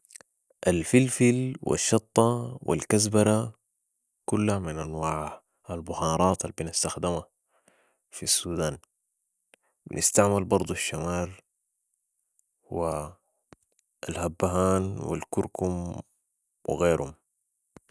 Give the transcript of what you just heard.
الفلفل و الشطة و الكزبرة كلها من انواع البهارات البنستخدمها في السودان بنستعمل برضو الشمار و الهبهان و الكركم و غيرم